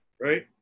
Right